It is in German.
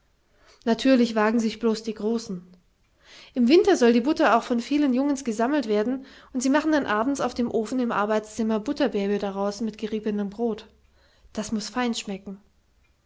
natürlich wagen sichs blos die großen im winter soll die butter auch von vielen jungens gesammelt werden und sie machen dann abends auf dem ofen im arbeitszimmer butterbäbe draus mit geriebenen brot das muß fein schmecken